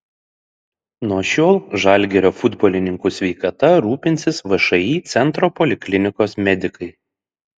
nuo šiol žalgirio futbolininkų sveikata rūpinsis všį centro poliklinikos medikai